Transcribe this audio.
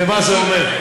ומה זה אומר?